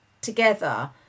together